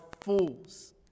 fools